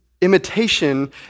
imitation